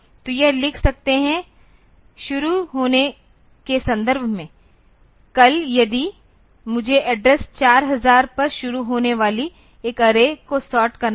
तो यह लिख सकते हैं शुरू होने के संदर्भ में कल यदि मुझे एड्रेस 4000 पर शुरू होने वाली एक अर्रे को सॉर्ट करना है